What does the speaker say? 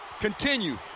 Continue